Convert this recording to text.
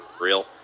real